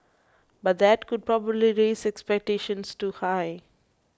but that could probably raise expectations too high